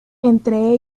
entre